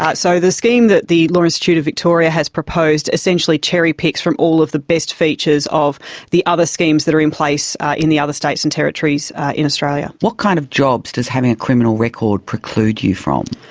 so the scheme that the law institute of victoria has proposed essentially cherry-picks from all of the best features of the other schemes that are in place in the other states and territories in australia. what kind of jobs does having a criminal record preclude you from?